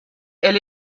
elle